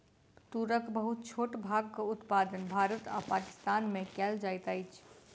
तूरक बहुत छोट भागक उत्पादन भारत आ पाकिस्तान में कएल जाइत अछि